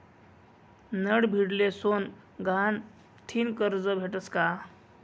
नडभीडले सोनं गहाण ठीन करजं भेटस का?